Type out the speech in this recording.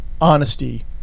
Honesty